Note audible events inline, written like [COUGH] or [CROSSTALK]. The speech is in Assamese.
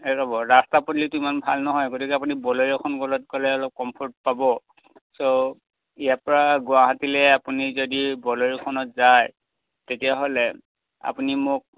এই ৰ'ব ৰাস্তা পদূলিটো ইমান ভাল নহয় গতিকে আপুনি বলেৰ' এখন [UNINTELLIGIBLE] গ'লে অল্প কমফৰ্ট পাব চ' ইয়াৰ পৰা গুৱাহাটীলৈ আপুনি যদি বলেৰ'খনত যায় তেতিয়াহ'লে আপুনি মোক